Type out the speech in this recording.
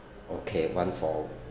okay one for